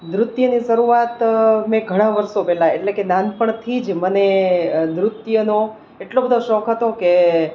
નૃત્યની શરૂઆત મેં ઘણા વર્ષો પહેલાં એટલે કે નાનપણથી જ મને નૃત્યનો એટલો બધો શોખ હતો કે